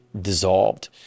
dissolved